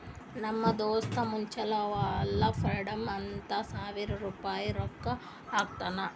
ನಮ್ ದೋಸ್ತ್ ಮ್ಯುಚುವಲ್ ಫಂಡ್ನಾಗ್ ಹತ್ತ ಸಾವಿರ ರುಪಾಯಿ ರೊಕ್ಕಾ ಹಾಕ್ಯಾನ್